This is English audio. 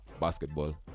basketball